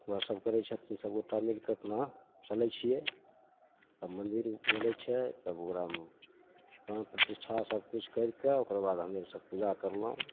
वएह सभ करै छथिन सभगोटा मिलिके अपना चलै छिए आब मन्दिर बनै छै तब ओकरा प्राण प्रतिष्ठा सबकिछु करिके ओकर बाद हमेसभ पूजा करलहुँ